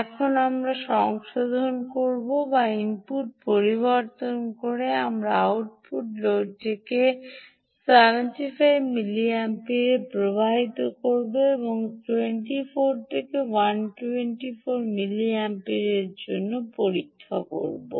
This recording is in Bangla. এখন আমরা সংশোধন করব আমরা ইনপুট পরিবর্তন করব আমরা আউটপুট লোডটিকে 75 মিলি অ্যাম্পিয়ারে প্রবাহিত করব এবং 24 থেকে 124 মিলিঅ্যাম্পিয়ারের জন্য পরীক্ষাটি করবো